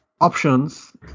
options